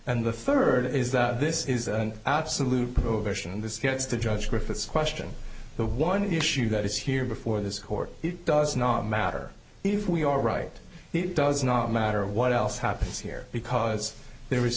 and the third is that this is an absolute prohibition and this gets to judge griffiths question the one issue that is here before this court it does not matter if we are right it does not matter what else happens here because there is